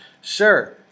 Sure